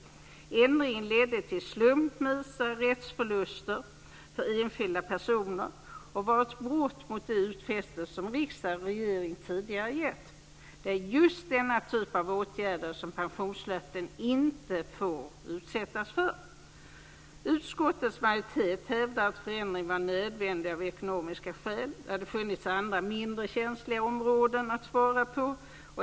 Ändringen ledde till slumpvisa rättsförluster för enskilda personer, och var ett brott mot de utfästelser som riksdag och regering tidigare har gjort. Det är just denna typ av åtgärder som pensionslöften inte får utsättas för. Utskottets majoritet hävdar att förändringen var nödvändig av ekonomiska skäl. Det hade funnits andra, mindre känsliga, områden att spara på.